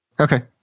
Okay